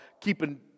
keeping